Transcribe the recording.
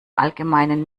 allgemeinen